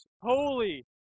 holy